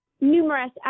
numerous